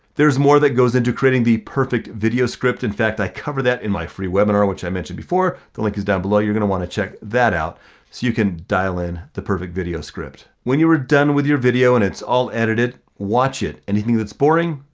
there's more that goes into creating the perfect video script. in fact, i covered that in my free webinar, which i mentioned before. the link is down below, you're gonna wanna check that out so you can dial in the perfect video script. when you are done with your video and it's all edited, watch it, anything that's boring,